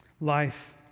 life